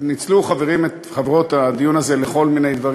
ניצלו חברים וחברות את הדיון הזה לכל מיני דברים.